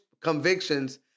convictions